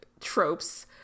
tropes